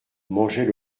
mangeait